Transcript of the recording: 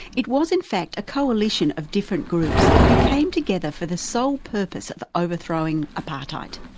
it was in fact a coalition of different groups who came together for the sole purpose of overthrowing apartheid.